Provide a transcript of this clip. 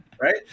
Right